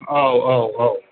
औ औ औ